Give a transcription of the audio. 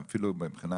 אפילו מבחינה